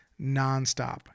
nonstop